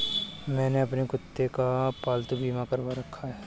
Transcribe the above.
मैंने अपने कुत्ते का पालतू बीमा करवा रखा है